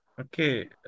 okay